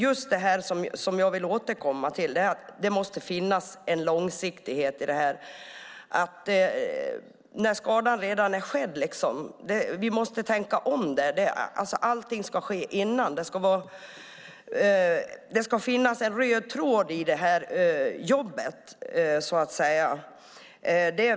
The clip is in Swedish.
Jag vill återkomma till att det måste finnas en långsiktighet här. Vi måste tänka om. Allting ska ske innan skadan sker. Det ska finnas en röd tråd i det här jobbet.